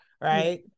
right